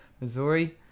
Missouri